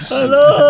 Hello